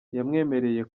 yamwemereye